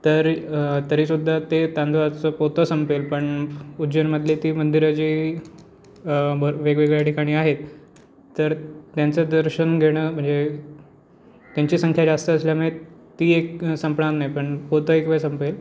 तर तरीसुद्धा ते तांदूळाचं पोतं संपेल पण उज्जनमधले ती मंदिरं जी भर वेगवेगळ्या ठिकाणी आहेत तर त्यांचं दर्शन घेणं म्हणजे त्यांची संख्या जास्त असल्यामुळे ती एक संपणार नाही पण पोतं एक वेळ संपेल